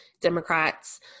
democrats